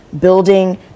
Building